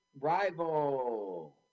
rival